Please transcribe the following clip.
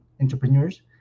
entrepreneurs